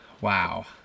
Wow